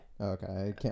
Okay